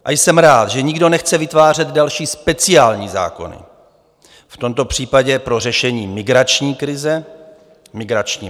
A jsem rád, že nikdo nechce vytvářet další speciální zákony, v tomto případě pro řešení migrační krize, migrační vlny.